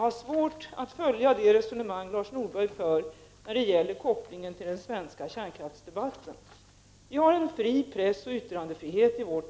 Kort sagt, det verkar som om massmedias nyhetsurval påverkas av mäktiga intressegruppers preferenser.